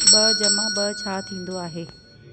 ॿ जमा ॿ छा थींदो आहे